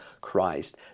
christ